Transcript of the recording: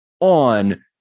on